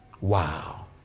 Wow